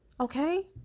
Okay